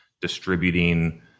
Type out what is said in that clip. distributing